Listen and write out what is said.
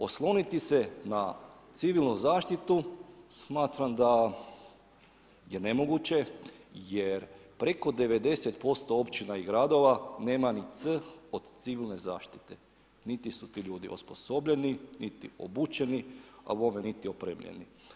Osloniti se na civilnu zaštitu smatram da je nemoguće jer preko 90% općina od gradova nema ni C od civilne zaštite, niti su ti ljudi osposobljeni, niti obučeni, a bome niti opremljeni.